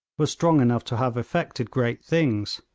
was strong enough to have effected great things.